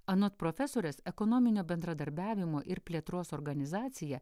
anot profesorės ekonominio bendradarbiavimo ir plėtros organizacija